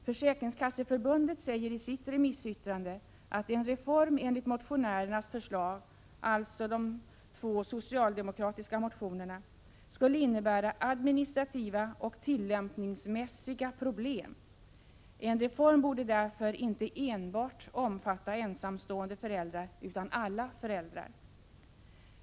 Försäkringskasseförbundet säger i sitt remissyttrande att en reform i enlighet med vad som föreslås i de två socialdemokratiska motionerna skulle innebära administrativa och tillämpningsmässiga problem. En reform borde därför inte enbart omfatta ensamstående föräldrar, utan alla föräldrar.